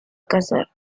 casar